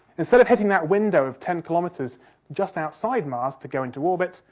instead of hitting that window of ten kilometres just outside mars to go into orbit,